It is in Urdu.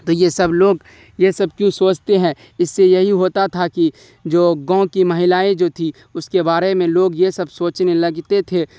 تو یہ سب لوگ یہ سب کیوں سوچتے ہیں اس سے یہی ہوتا تھا کہ جو گاؤں کی مہیلائیں جو تھی اس کے بارے میں لوگ یہ سب سوچنے لگتے تھے